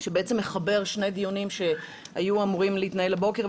שבעצם מחבר שני דיונים שהיו אמורים להתנהל הבוקר,